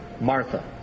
Martha